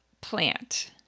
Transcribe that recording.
plant